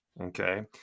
okay